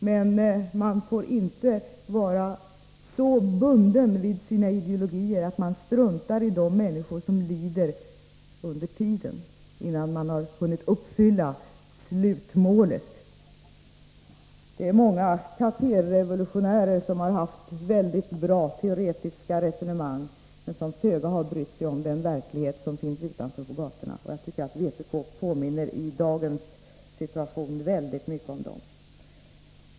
Men man får inte vara så bunden vid sina ideologier att man struntar i de människor som lider under tiden, innan man har hunnit uppfylla slutmålen. Det är många kaférevolutionärer som har haft mycket bra teoretiska resonemang men som föga har brytt sig om den verklighet som finns utanför på gatorna. Jag tycker att vpk i dagens situation påminner väldigt mycket om dem.